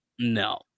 No